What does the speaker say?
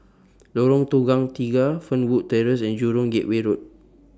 Lorong Tukang Tiga Fernwood Terrace and Jurong Gateway Road